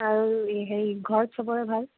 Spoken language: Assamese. আৰু হেৰি ঘৰত চবৰে ভাল